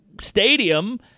stadium